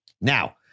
Now